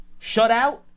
shutout